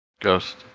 Ghost